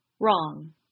Wrong